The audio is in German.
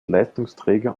leistungsträger